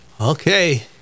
Okay